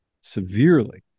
severely